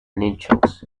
nicholls